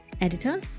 editor